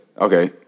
okay